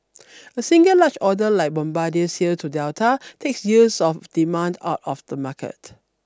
a single large order like Bombardier's sale to Delta takes years of demand out of the market